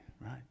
Right